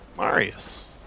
Marius